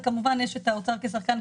וכמובן שיש את האוצר כשחקן,